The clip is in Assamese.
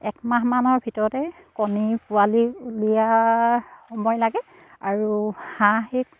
এক মাহমানৰ ভিতৰতে কণী পোৱালি উলিয়াৰ সময় লাগে আৰু হাঁহ সেই